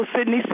Sydney